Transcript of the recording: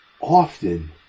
often